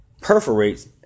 perforates